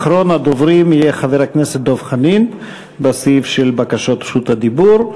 אחרון הדוברים יהיה חבר הכנסת דב חנין בסעיף של בקשות רשות הדיבור,